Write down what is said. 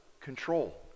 control